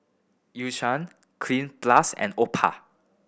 Eucerin Cleanz Plus and